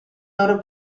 loro